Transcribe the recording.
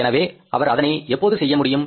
எனது அவர் அதனை எப்போது செய்ய முடியும்